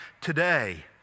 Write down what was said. today